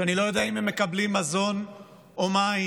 שאני לא יודע אם הם מקבלים מזון או מים